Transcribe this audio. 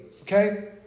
okay